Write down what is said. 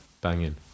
banging